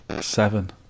seven